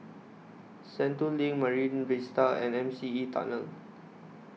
Sentul LINK Marine Vista and M C E Tunnel